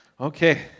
Okay